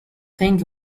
thing